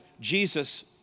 Jesus